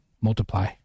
multiply